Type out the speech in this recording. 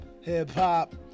hip-hop